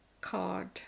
card